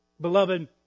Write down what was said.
Beloved